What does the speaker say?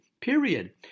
period